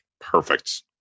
perfect